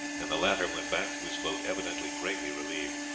and the latter went back to his boat evidently greatly relieved.